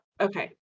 okay